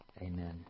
Amen